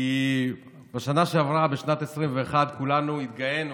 כי בשנה שעברה, בשנת 2021, כולנו התגאינו